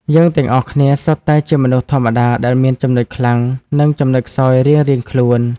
យើងទាំងអស់គ្នា សុទ្ធតែជាមនុស្សធម្មតាដែលមានចំណុចខ្លាំង និងចំណុចខ្សោយរៀងៗខ្លួន។